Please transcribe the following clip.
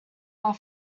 are